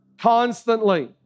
constantly